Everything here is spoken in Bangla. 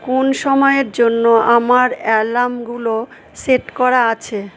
কোন সময়ের জন্য আমার অ্যালার্মগুলো সেট করা আছে